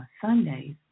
Sundays